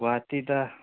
ꯒꯨꯋꯥꯇꯤꯗ